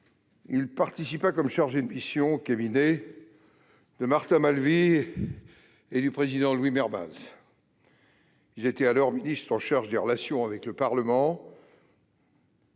il participa comme chargé de mission aux cabinets de Martin Malvy et du président Louis Mermaz, alors ministres chargés des relations avec le Parlement.